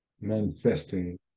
manifesting